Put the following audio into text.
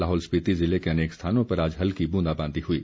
लाहौल स्पीति ज़िले के अनेक स्थानों पर आज हल्की ब्रंदाबांदी हुई